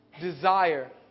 Desire